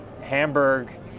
Hamburg